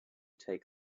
take